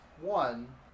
One